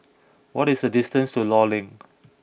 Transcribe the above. what is the distance to Law Link